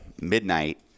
midnight